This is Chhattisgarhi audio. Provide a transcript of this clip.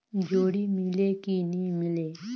जोणी मीले कि नी मिले?